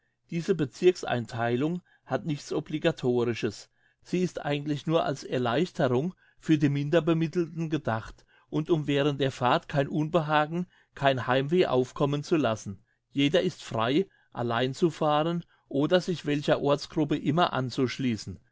diese bezirkseintheilung hat nichts obligatorisches sie ist eigentlich nur als erleichterung für die minderbemittelten gedacht und um während der fahrt kein unbehagen kein heimweh aufkommen zu lassen jeder ist frei allein zu fahren oder sich welcher ortsgruppe immer anzuschliessen